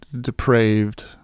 depraved